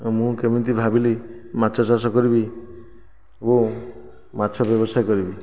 ଓ ମୁଁ କେମିତି ଭାବିଲି ମାଛ ଚାଷ କରିବି ଓ ମାଛ ବ୍ୟବସାୟ କରିବି